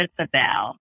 Isabel